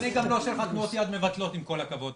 אבל אני לא עושה לך תנועות יד מבטלות עם כל הכבוד.